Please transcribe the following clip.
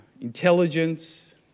intelligence